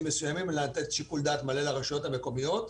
מסוימים אלא לתת שיקול דעת מלא לרשויות המקומיות,